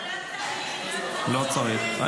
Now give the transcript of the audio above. לא צריך.